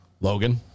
Logan